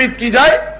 da da